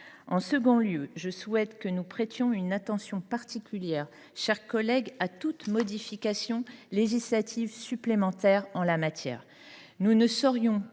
En second lieu, je souhaite que nous prêtions une attention particulière à toute modification législative supplémentaire en la matière : nous ne saurions,